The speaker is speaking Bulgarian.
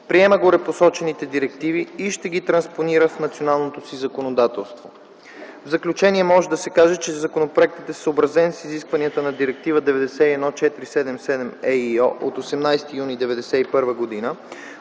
приема горепосочените директиви и ще ги транспонира в националното си законодателство. В заключение може да се каже, че законопроектът е съобразен с изискванията на Директива 91/477/ЕИО от 18 юни 1991 г.